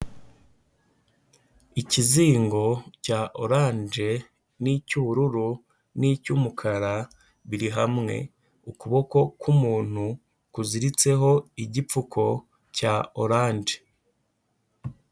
Ikizingo cya oranje n'icy'ubururu n'icy'umukara biri hamwe, ukuboko k'umuntu kuziritseho igipfuko cya oranje.